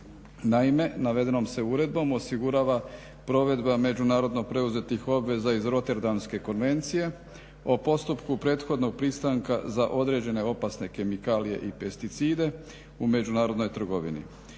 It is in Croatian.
Naime, navedenom se uredbom osigurava provedba međunarodno preuzetih obveza iz Roterdamske konvencije o postupku prethodnog pristanka za određene opasne kemikalije i pesticide u međunarodnoj trgovini.